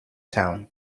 town